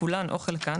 כולן או חלקן,